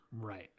right